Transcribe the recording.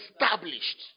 established